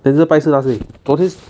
denzel 拜四 last week 昨天